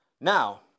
now